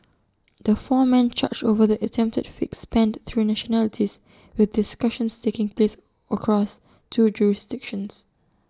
the four men charged over the attempted fix spanned three nationalities with discussions taking place across two jurisdictions